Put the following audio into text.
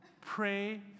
Pray